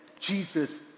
Jesus